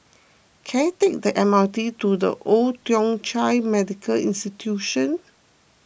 can I take the M R T to the Old Thong Chai Medical Institution